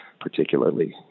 particularly